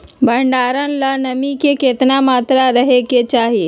भंडारण ला नामी के केतना मात्रा राहेके चाही?